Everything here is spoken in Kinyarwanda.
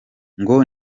ngo